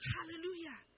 Hallelujah